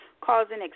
Causing